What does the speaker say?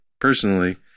personally